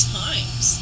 times